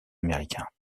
américains